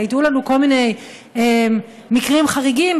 היו לנו כל מיני מקרים חריגים,